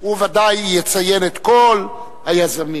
עד שיגיע היושב-ראש,